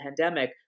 pandemic